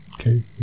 Okay